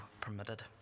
permitted